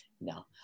No